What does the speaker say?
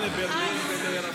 במזרח ----- מה לברלין ולרפיח,